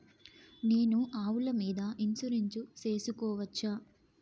నేను ఆవుల మీద ఇన్సూరెన్సు సేసుకోవచ్చా?